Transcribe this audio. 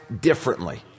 differently